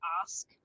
ask